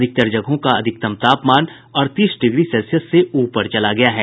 अधिकांश जगहों का अधिकतम तापमान अड़तीस डिग्री सेल्सियस से ऊपर चला गया है